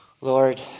Lord